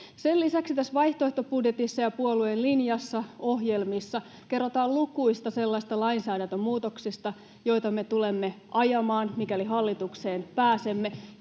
Sen lisäksi tässä vaihtoehtobudjetissa, puolueen linjassa ja ohjelmissa kerrotaan lukuisista sellaisista lainsäädäntömuutoksista, joita me tulemme ajamaan, mikäli hallitukseen pääsemme,